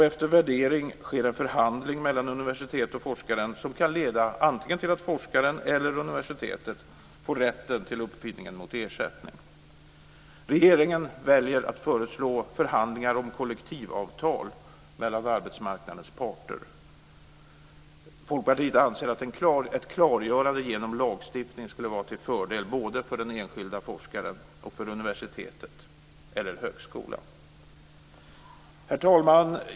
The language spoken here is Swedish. Efter värdering sker en förhandling mellan universitetet och forskaren som kan leda antingen till att forskaren eller universitetet mot ersättning får rätten till uppfinningen. Regeringen väljer att föreslå förhandlingar om kollektivavtal mellan arbetsmarknadens parter. Folkpartiet anser att ett klargörande genom lagstiftning skulle vara till fördel både för den enskilda forskaren och för universitetet eller högskolan. Herr talman!